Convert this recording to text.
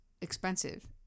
expensive